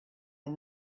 and